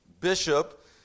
bishop